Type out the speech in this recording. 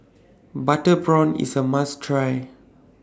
Butter Prawn IS A must Try